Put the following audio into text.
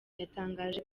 yatangaje